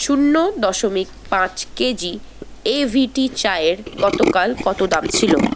শূন্য দশমিক পাঁচ কেজি এ ভি টি চায়ের গতকাল কতো দাম ছিলো